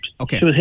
Okay